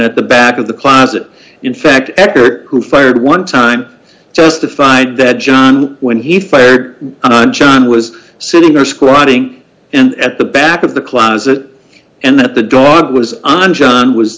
at the back of the closet in fact eckerd who fired one time justified that john when he fired on john was sitting there squatting and at the back of the closet and that the dog was on john was